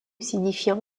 signifiant